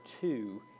two